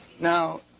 Now